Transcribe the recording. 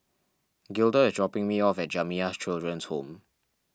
Gilda is dropping me off at Jamiyah Children's Home